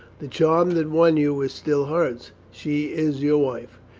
the charm that won you is still hers. she is your wife.